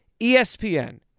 ESPN